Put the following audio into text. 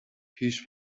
پیش